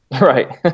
Right